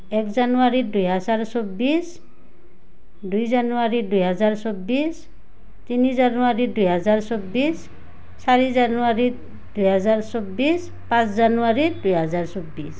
এক জানুৱাৰী দুহেজাৰ চৌবিছ দুই জানুৱাৰী দুহেজাৰ চৌবিছ তিনি জানুৱাৰী দুহেজাৰ চৌবিছ চাৰি জানুৱাৰী দুহেজাৰ চৌবিছ পাঁচ জানুৱাৰী দুহেজাৰ চৌবিছ